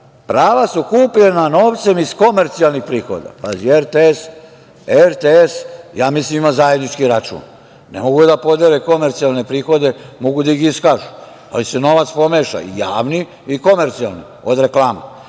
Prava su kupljena novcem iz komercijalnih prihoda. Radio televizija Srbije, ja mislim, ima zajednički račun, ne mogu da podele komercijalne prihode, mogu da ih iskažu, ali se novac pomeša javni i komercijalni od reklama.